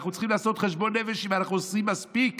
ואנחנו צריכים לעשות חשבון נפש אם אנחנו עושים מספיק